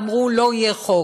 ואמרו: לא יהיה חוק.